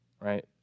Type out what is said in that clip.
right